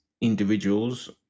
individuals